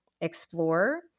explore